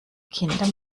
kinder